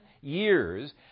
years